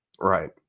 Right